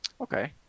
Okay